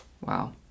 wow